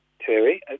Terry